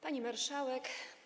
Pani Marszałek!